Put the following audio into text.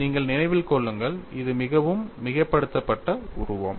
நீங்கள் நினைவில் கொள்ளுங்கள் இது மிகவும் மிகைப்படுத்தப்பட்ட உருவம்